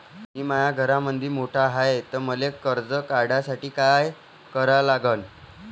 मी माया घरामंदी मोठा हाय त मले कर्ज काढासाठी काय करा लागन?